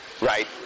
right